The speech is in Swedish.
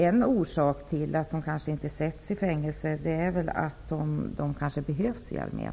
En orsak till att de kanske inte sätts i fängelse kan vara att de behövs i armén.